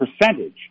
percentage